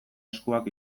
eskuak